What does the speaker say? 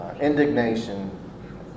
indignation